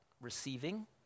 receiving